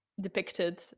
depicted